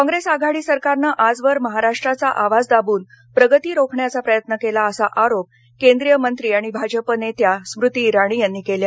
काँप्रेस आघाडी सरकारनं आजवर महाराष्ट्राचा आवाज दाबून प्रगती रोखण्याचा प्रयत्न केला असा आरोप केंद्रीयमंत्री आणि भाजप नेत्या स्मृती इराणी यांनी केला